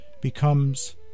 becomes